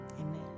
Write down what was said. Amen